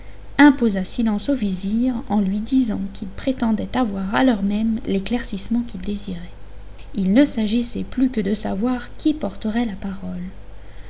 imposa silence au vizir en lui disant qu'il prétendait avoir à l'heure même l'éclaircissement qu'il désirait il ne s'agissait plus que de savoir qui porterait la parole